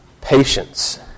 Patience